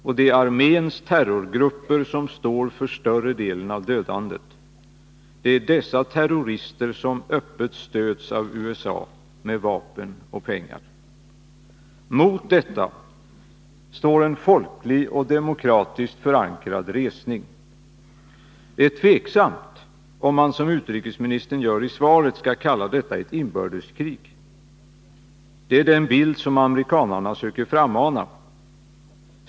Och det är arméns terrorgrupper som står för större delen av dödandet. Det är dessa terrorister som öppet stöds av USA -— med vapen och pengar. Mot detta står en folklig och demokratiskt förankrad resning. Det är tveksamt om man, som utrikesministern gör i svaret, skall kalla detta ett inbördeskrig. Det är den bild amerikanarna söker frammana.